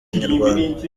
inyarwanda